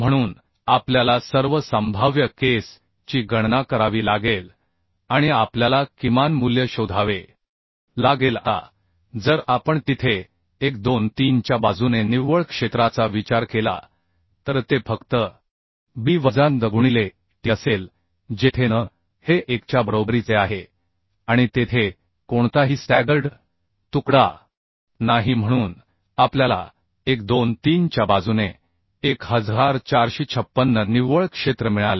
म्हणून आपल्याला सर्व संभाव्य केस ची गणना करावी लागेल आणि आपल्याला किमान मूल्य शोधावे लागेल आता जर आपण तिथे 1 2 3 च्या बाजूने निव्वळ क्षेत्राचा विचार केला तर ते फक्त b वजा ndh गुणिले t असेल जेथे n हे 1 च्या बरोबरीचे आहे आणि तेथे कोणताही स्टॅगर्ड तुकडा नाही म्हणून आपल्याला 1 2 3 च्या बाजूने 1456 निव्वळ क्षेत्र मिळाले